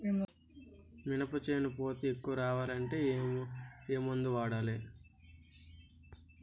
మినప చేను పూత ఎక్కువ రావాలి అంటే ఏమందు వాడాలి?